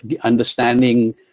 understanding